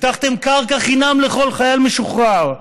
הבטחתם קרקע חינם לכל חייל משוחרר,